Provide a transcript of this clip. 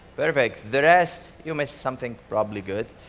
perfect. the rest you missed something probably good.